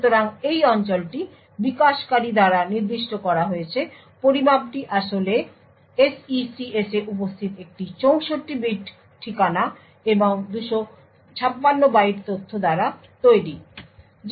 সুতরাং এই অঞ্চলটি বিকাশকারী দ্বারা নির্দিষ্ট করা হয়েছে পরিমাপটি আসলে SECS এ উপস্থিত একটি 64 বিট ঠিকানা এবং 256 বাইট তথ্য দ্বারা তৈরী